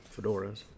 fedoras